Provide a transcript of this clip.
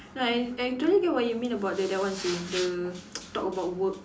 like I totally get what you mean by the that one seh the talk about work